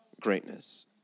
greatness